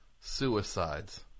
suicides